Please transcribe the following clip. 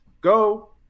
go